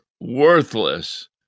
worthless